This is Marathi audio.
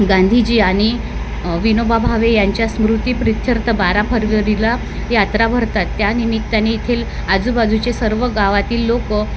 गांधीजी आणि विनोबा भावे यांच्या स्मृतीप्रित्यर्थ बारा फरवरीला यात्रा भरतात त्या निमित्ताने येथील आजूबाजूचे सर्व गावातील लोक